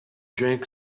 drank